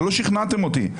לא שכנעתם אותי.